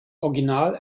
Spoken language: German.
original